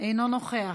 אינו נוכח,